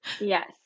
Yes